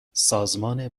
سازمان